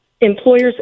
employers